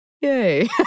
yay